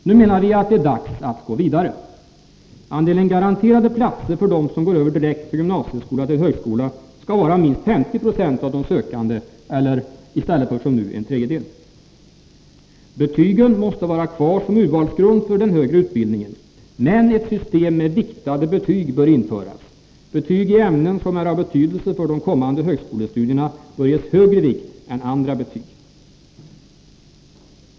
Nu menar vi att det är dags att gå vidare. Andelen garanterade platser för dem som går över direkt från gymnasieskola till högskola skall vara minst 50 90 av de sökande i stället för som nu en tredjedel. Betygen måste vara kvar som urvalsgrund för den högre utbildningen, men ett system med viktade betyg bör införas. Betyg i ämnen som är av betydelse för de kommande högskolestudierna bör ges högre vikt än andra betyg.